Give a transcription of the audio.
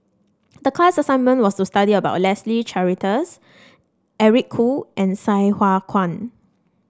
the class assignment was to study about Leslie Charteris Eric Khoo and Sai Hua Kuan